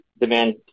demand